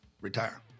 retire